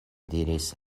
diris